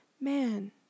man